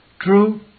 True